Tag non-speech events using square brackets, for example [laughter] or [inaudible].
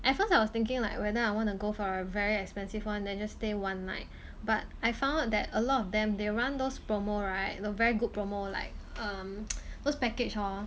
at first I was thinking like whether I want to go for a very expensive one then just stay one night but I found out that a lot of them they run those promo right the very good promo like um [noise] those package hor